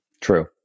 True